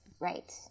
Right